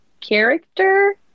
character